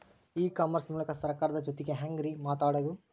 E commerce ಮೂಲಕ ಸರ್ಕಾರದ ಜೊತಿಗೆ ಹ್ಯಾಂಗ್ ರೇ ಮಾತಾಡೋದು?